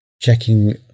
checking